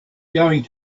going